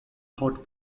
hot